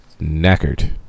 Knackered